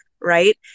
right